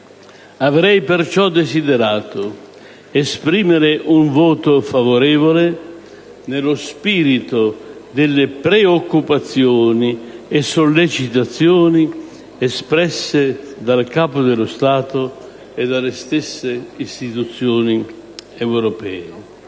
Avrei perciò desiderato esprimere un voto favorevole, nello spirito delle preoccupazioni e sollecitazioni espresse dal Capo dello Stato e dalle stesse istituzioni europee,